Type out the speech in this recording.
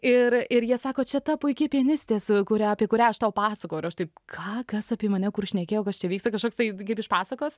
ir ir jie sako čia ta puiki pianistė su kuria apie kurią aš tau pasakoju ir aš taip ka kas apie mane kur šnekėjo kas čia vyksta kažkoks tai kaip iš pasakos